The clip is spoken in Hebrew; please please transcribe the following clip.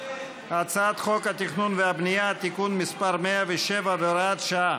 הצעת חוק התכנון והבנייה (תיקון מס' 107 והוראת שעה)